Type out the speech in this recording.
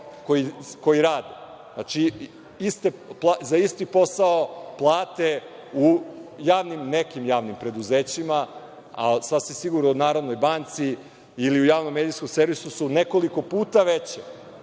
koji rade. Znači, za isti posao plate u nekim javnim preduzećima, a sasvim sigurno u NBS, ili u Javnom medijskom servisu su nekoliko puta veće